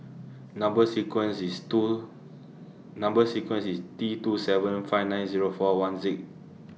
Number sequence IS two Number sequence IS T two seven five nine Zero four one Z